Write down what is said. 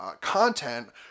content